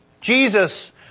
Jesus